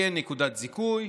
תהיה נקודת זיכוי,